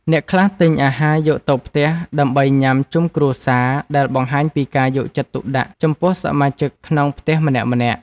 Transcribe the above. អ្នកខ្លះទិញអាហារយកទៅផ្ទះដើម្បីញ៉ាំជុំគ្រួសារដែលបង្ហាញពីការយកចិត្តទុកដាក់ចំពោះសមាជិកក្នុងផ្ទះម្នាក់ៗ។